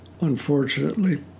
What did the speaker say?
Unfortunately